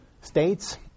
states